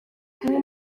umwe